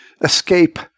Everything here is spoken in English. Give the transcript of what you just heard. escape